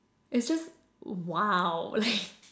it's just !wow! like